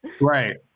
Right